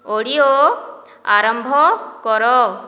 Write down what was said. audio ଆରମ୍ଭ କର